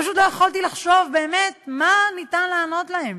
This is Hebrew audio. פשוט לא יכולתי לחשוב באמת מה ניתן לענות להם.